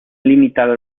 limitada